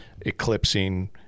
eclipsing